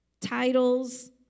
Titles